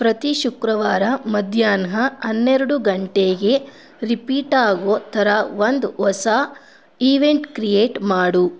ಪ್ರತಿ ಶುಕ್ರವಾರ ಮಧ್ಯಾಹ್ನ ಹನ್ನೆರಡು ಗಂಟೆಗೆ ರಿಪಿಟಾಗೊ ಥರ ಒಂದು ಹೊಸ ಈವೆಂಟ್ ಕ್ರಿಯೇಟ್ ಮಾಡು